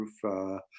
proof